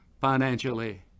financially